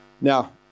Now